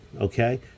Okay